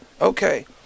Okay